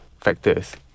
factors